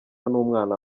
n’umwana